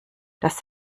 das